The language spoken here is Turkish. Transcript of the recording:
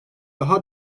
daha